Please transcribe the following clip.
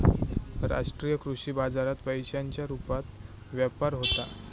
राष्ट्रीय कृषी बाजारात पैशांच्या रुपात व्यापार होता